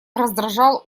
раздражал